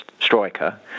striker